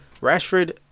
Rashford